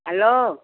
hello